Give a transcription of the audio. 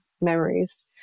memories